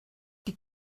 die